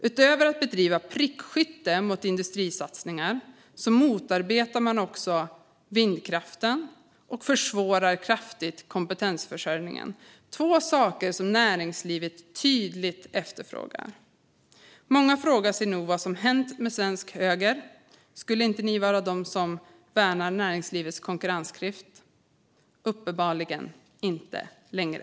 Utöver att bedriva prickskytte mot industrisatsningar motarbetar de också vindkraften och försvårar kraftigt för kompetensförsörjningen - två saker som näringslivet tydligt efterfrågar. Många frågar sig nog vad som hänt med svensk höger. Skulle inte ni vara de som värnade näringslivets konkurrenskraft? Uppenbarligen inte längre.